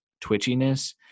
twitchiness